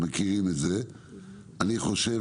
אני חושב